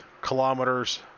kilometers